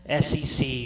SEC